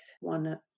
one